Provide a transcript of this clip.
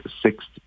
sixth